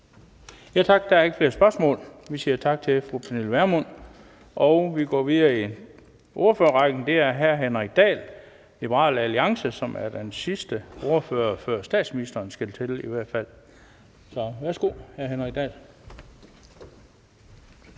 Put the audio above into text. Tak. Der er ikke flere spørgsmål. Vi siger tak til fru Pernille Vermund og går videre i ordførerrækken. Det er hr. Henrik Dahl, Liberal Alliance, som er den sidste ordfører, i hvert fald før statsministeren skal til. Værsgo. Kl. 13:35 (Ordfører) Henrik Dahl